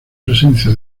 presencia